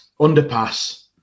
underpass